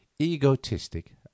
egotistic